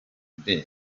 amb